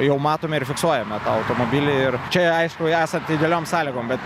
jau matome ir fiksuojame tą automobilį ir čia aišku esant idealiom sąlygom bet